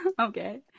okay